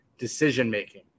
decision-making